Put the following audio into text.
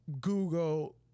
Google